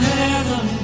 heaven